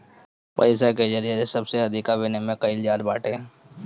पईसा के जरिया से सबसे अधिका विमिमय कईल जात बाटे